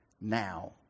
now